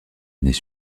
années